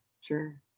sure